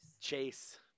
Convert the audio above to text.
Chase